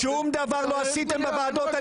שום דבר לא עשיתם בוועדות.